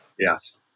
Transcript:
Yes